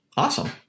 Awesome